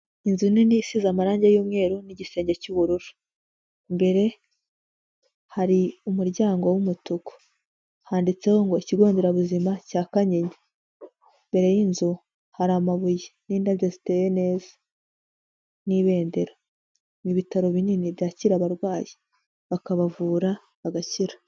Inzu nini isize amarange y'umweru n'igisenge cy'ubururu, imbere hari umuryango w'umutuku, handitseho ngo ikigo nderabuzima cya Kanyinya, imbere y'inzu hari amabuye n'indabyo ziteye neza n'ibendera, ni ibitaro binini byakira abarwayi, bakabavura bagakira.